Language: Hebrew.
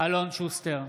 אלון שוסטר,